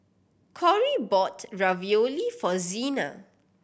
Corrie bought Ravioli for Zina